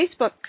Facebook